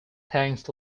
thanks